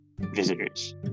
visitors